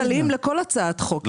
לכל הצעת חוק יש היבטים כלכליים.